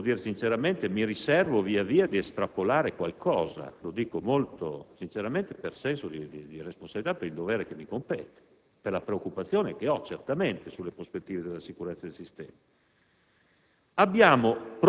devo dire sinceramente che mi riserverò via via di estrapolare qualche misura; lo dico molto sinceramente per senso responsabilità, per il dovere che mi compete e per la preoccupazione che certamente ho sulle prospettive della sicurezza del sistema.